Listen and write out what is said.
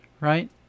right